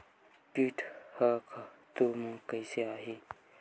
कीट ह खातु म कइसे आथे?